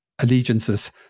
allegiances